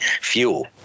fuel